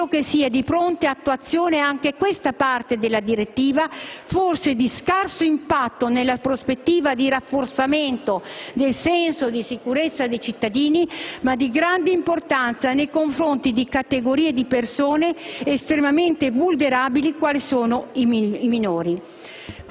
Spero che si dia pronta attuazione anche a questa parte della direttiva, forse di scarso impatto nella prospettiva del rafforzamento del senso di sicurezza dei cittadini, ma di grande importanza nei confronti di categorie di persone estremamente vulnerabili, quali sono i minori.